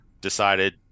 decided